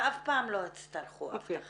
ואף פעם לא הצטרכו אבטחה.